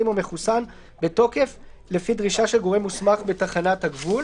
או מחוסן בתוקף לפי דרישה של גורם מוסמך בתחנת הגבול";